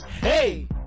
hey